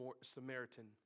Samaritan